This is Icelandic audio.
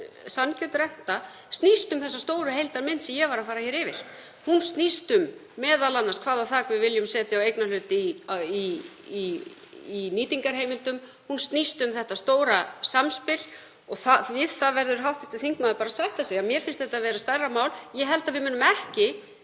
sanngjörn renta snýst um þá stóru heildarmynd sem ég var að fara yfir. Hún snýst um það m.a. hvaða þak við viljum setja á eignarhluti í nýtingarheimildum. Hún snýst um þetta stóra samspil. Við það verður hv. þingmaður bara að sætta sig. Mér finnst þetta vera stærra mál. Ég held að við munum ekki